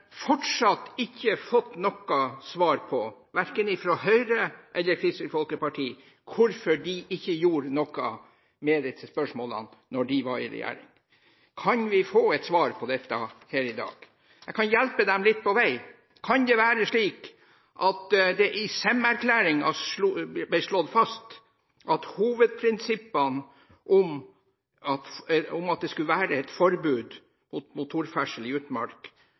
fortsatt ikke fått noe svar, verken fra Høyre eller fra Kristelig Folkeparti, på hvorfor de ikke gjorde noe med disse spørsmålene da de var i regjering. Kan vi få et svar på dette her i dag? Jeg kan hjelpe dem litt på vei: Kan det være fordi det i Sem-erklæringen ble slått fast at hovedprinsippet om forbud mot motorferdsel i utmark